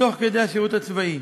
תוך כדי השירות הצבאי.